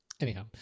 Anyhow